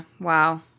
Wow